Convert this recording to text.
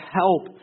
help